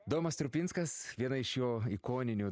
domas strupinskas viena iš jo ikoninių